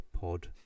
pod